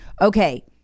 Okay